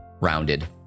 rounded